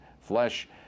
flesh